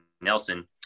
nelson